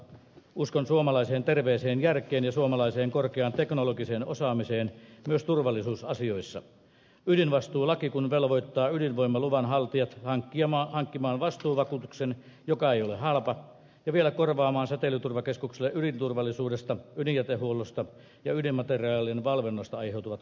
uskon suomalaiseen terveeseen järkeen ja suomalaiseen korkeaan teknologiseen osaamiseen myös turvallisuusasioissa ydinvastuulaki kun velvoittaa ydinvoimaluvan haltijat hankkimaan vastuuvakuutuksen joka ei ole halpa ja vielä korvaamaan säteilyturvakeskukselle ydinturvallisuudesta ydinjätehuollosta ja ydinmateriaalin valvonnasta aiheutuvat kustannukset